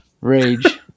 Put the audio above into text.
Rage